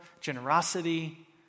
generosity